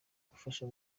gufasha